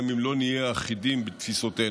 גם אם לא נהיה אחידים בתפיסותינו.